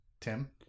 Tim